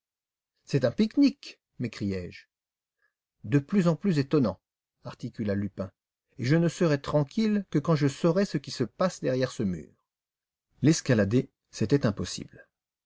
c'est un pique-nique m'écriai-je de plus en plus étonnant articula lupin et je ne serai tranquille que quand je saurai ce qui se passe derrière ce mur l'escalader c'était impossible